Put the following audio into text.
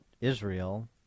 Israel